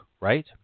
right